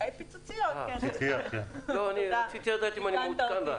רק רציתי לדעת אם אני מעודכן.